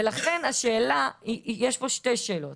לכן יש פה שתי שאלות.